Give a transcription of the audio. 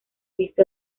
visto